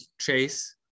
Chase